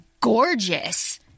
gorgeous